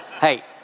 Hey